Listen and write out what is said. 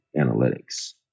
analytics